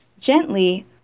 Gently